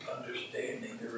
Understanding